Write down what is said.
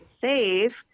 save